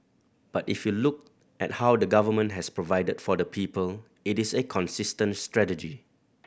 but if you look at how the Government has provided for the people it is a consistent strategy